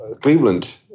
Cleveland